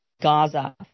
Gaza